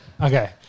Okay